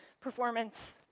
performance